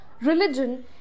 religion